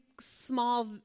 small